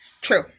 True